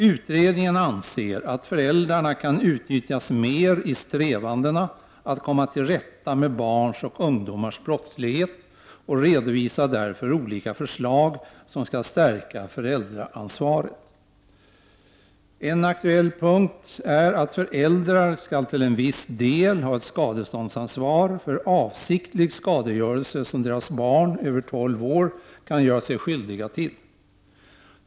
Utredningen anser att föräldrarna kan utnyttjas mer i strävandena att komma till rätta med barns och ungdomars brottslighet och redovisar därför olika förslag som skall stärka föräldraansvaret: Föräldrar skall till en viss del ha ett skadeståndsansvar för avsiktlig skadegörelse som deras barn över 12 år kan göra sig skyldiga till.